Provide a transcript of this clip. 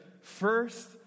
first